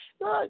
look